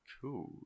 Cool